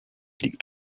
liegt